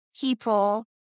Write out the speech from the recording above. people